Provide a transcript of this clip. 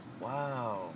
wow